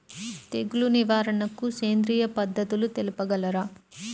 తెగులు నివారణకు సేంద్రియ పద్ధతులు తెలుపగలరు?